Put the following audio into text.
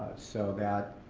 so that